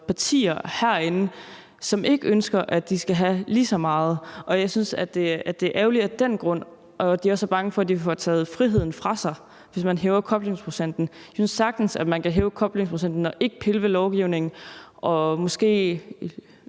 partier herinde, som ikke ønsker, at de skal have lige så meget, og jeg synes, at det er ærgerligt af den grund. Og de er også bange for, at de får taget friheden fra sig, hvis man hæver koblingsprocenten. Jeg synes sagtens, at man kan hæve koblingsprocenten og ikke pille ved lovgivningen og måske